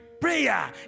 prayer